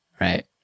Right